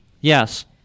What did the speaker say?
Yes